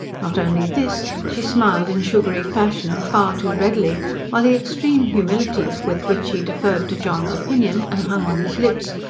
not only this, she smiled in sugary fashion and far too readily while the extreme humility with which she deferred to john's opinion, and hung on his lips,